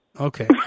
Okay